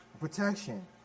protection